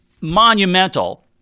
monumental